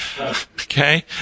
Okay